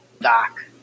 Doc